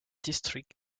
district